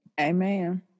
Amen